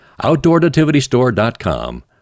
OutdoorNativityStore.com